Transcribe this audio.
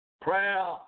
Prayer